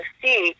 see